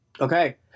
Okay